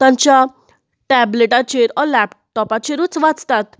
तांच्या टॅबलेटाचेर ओर लेपटॉपाचेरूच वाचतात